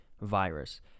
virus